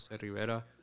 rivera